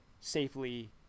safely